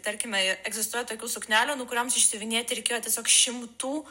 tarkime egzistuoja tokių suknelių nu kurioms išsiuvinėti reikėjo tiesiog šimtų